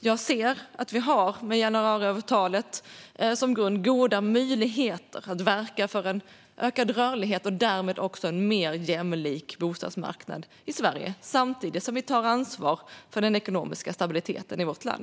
Jag ser att vi med januariavtalet som grund har goda möjligheter att verka för en ökad rörlighet och därmed också för en mer jämlik bostadsmarknad i Sverige, samtidigt som vi tar ansvar för den ekonomiska stabiliteten i vårt land.